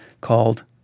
called